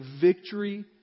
victory